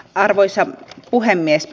arvoisa puhemies